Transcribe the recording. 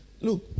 Look